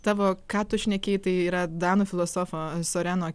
tavo ką tu šnekėjai tai yra danų filosofo soreno